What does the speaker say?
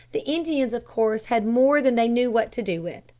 the indians of course had more than they knew what to do with,